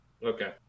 Okay